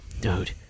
Dude